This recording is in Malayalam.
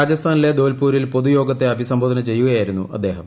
രാജസ്ഥാനിലെ ദോൽപ്പൂരിൽ പൊതു യോഗത്തെ അഭിസംബോധന ചെയ്യുകയായിരുന്നു അദ്ദേഹം